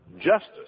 justice